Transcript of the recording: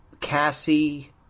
Cassie